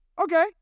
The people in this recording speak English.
Okay